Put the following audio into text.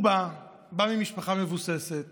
הוא בא ממשפחה מבוססת